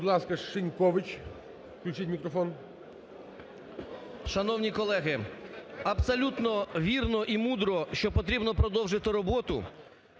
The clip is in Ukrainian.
Шановні колеги, абсолютно вірно і мудро, що потрібно продовжити роботу.